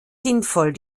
sinnvoll